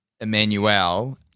Emmanuel –